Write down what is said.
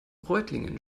reutlingen